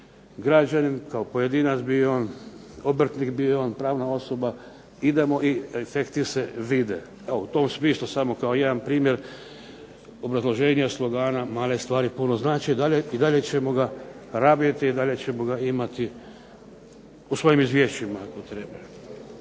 građanin kao pojedinac, bio on obrtnik, bio on pravna osoba. Idemo, i efekti se vide. Evo, u tom smislu samo kao jedan primjer obrazloženja slogana "Male stvari puno znače" i dalje ćemo ga rabiti, i dalje ćemo ga imati u svojim izvješćima ako treba.